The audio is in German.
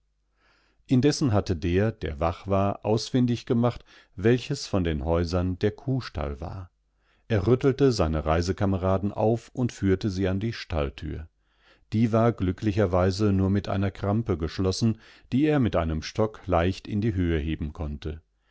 indessen hatte der der wach war ausfindig gemacht welches von den häusernderkuhstallwar errüttelteseinereisekameradenaufundführtesie an die stalltür die war glücklicherweise nur mit einer krampe geschlossen die er mit einem stock leicht in die höhe heben konnte